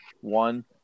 One